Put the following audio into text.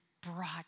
brought